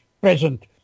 present